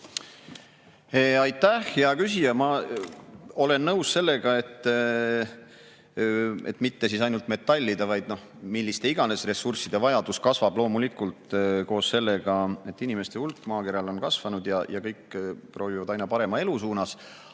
Aitäh, hea küsija! Ma olen nõus sellega, et mitte ainult metallide, vaid mis tahes ressursside vajadus kasvab loomulikult koos sellega, et inimeste hulk maakeral on kasvanud ja kõik püüdlevad aina parema elu suunas.